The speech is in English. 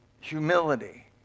humility